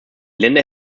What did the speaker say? länder